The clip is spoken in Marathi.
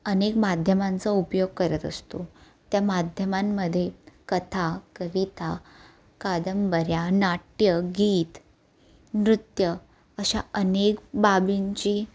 अनेक माध्यमांचा उपयोग करत असतो त्या माध्यमांमध्ये कथा कविता कादंबऱ्या नाट्य गीत नृत्य अशा अनेक बाबींची